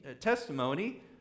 testimony